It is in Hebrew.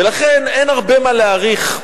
ולכן, אין הרבה מה להאריך.